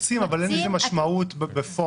מקצים אבל אין לזה משמעות בפועל.